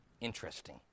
Interesting